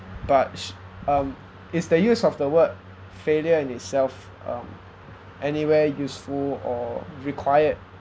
but sh~ um it's the use of the word failure in itself um anywhere useful or required